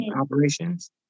operations